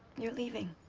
you're leaving.